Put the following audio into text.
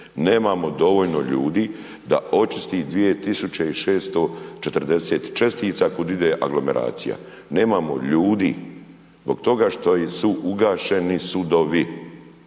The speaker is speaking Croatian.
nemamo dovoljno ljudi da očisti 2640 čestica kud ide aglomeracija. Nemamo ljudi zbog toga što su ugašeni sudovi.